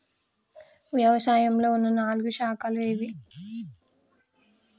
వ్యవసాయంలో ఉన్న నాలుగు శాఖలు ఏవి?